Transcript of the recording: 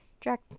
Jack